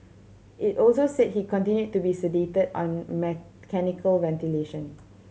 it also said he continued to be sedated on mechanical ventilation